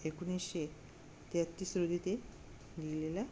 एकोणीसशे तेहतीस रोजी ते लिहिलेलं